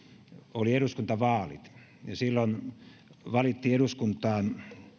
oli eduskuntavaalit ja silloin valittiin eduskuntaan